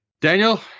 Daniel